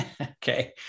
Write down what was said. Okay